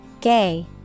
Gay